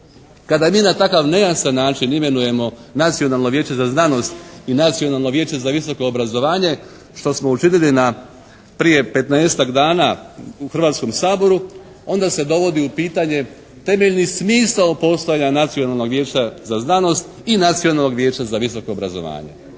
Kada mi na takav nejasan način imenujemo Nacionalno vijeće za znanost i Nacionalno vijeće za visoko obrazovanje što smo učinili prije 15-tak dana u Hrvatskom saboru, onda se dovodi u pitanje temeljni smisao postojanja Nacionalnog vijeća za znanost i Nacionalnog vijeća za visoko obrazovanje.